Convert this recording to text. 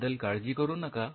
याबद्दल काळजी करू नका